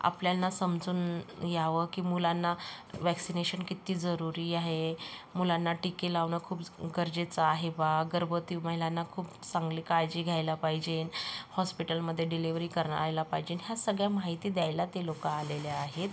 आपल्यांना समजून यावं की मुलांना वॅक्सिनेशन किती जरूरी आहे मुलांना टिके लावणं खूप गरजेचं आहे बा गर्भवती महिलांना खूप चांगली काळजी घ्यायला पाहिजे हॉस्पिटलमध्ये डिलेवरी करायला पाहिजे ह्या सगळ्या माहिती द्यायला ते लोक आलेले आहेत